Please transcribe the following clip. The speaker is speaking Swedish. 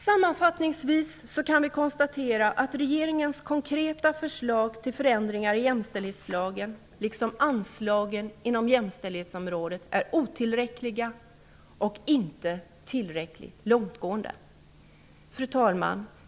Sammanfattningsvis kan vi konstatera att regeringens konkreta förslag till förändringar i jämställdhetslagen, liksom anslagen inom jämställdhetsområdet, är otillräckliga och inte tillräckligt långtgående. Fru talman!